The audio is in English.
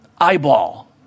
eyeball